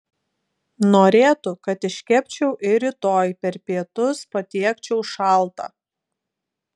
norėtų kad iškepčiau ir rytoj per pietus patiekčiau šaltą